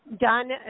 done